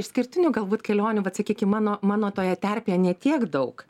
išskirtinių galbūt kelionių vat sakykim mano mano toje terpėje ne tiek daug